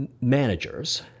managers